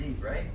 right